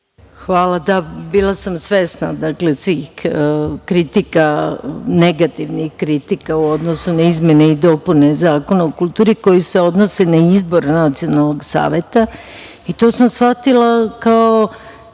Hvala. Da, bila sam svesna svih kritika, negativnih kritika u odnosu na izmene i dopune Zakona o kulturi koje se odnose na izbor Nacionalnog saveta. To sam shvatila kao